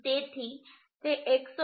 તેથી તે 189